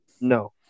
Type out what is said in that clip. No